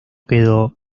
quedó